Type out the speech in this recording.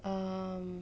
um